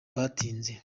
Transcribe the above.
batinze